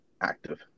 active